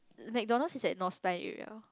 the McDonald's is at area